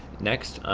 next,